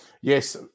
yes